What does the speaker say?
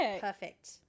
Perfect